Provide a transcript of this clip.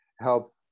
help